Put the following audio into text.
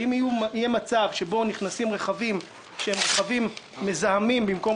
ואם יהיה מצב שנכנסים רכבים מזהמים במקום